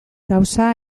gauza